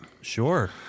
Sure